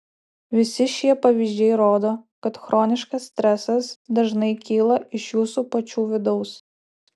visi šie pavyzdžiai rodo kad chroniškas stresas dažnai kyla iš jūsų pačių vidaus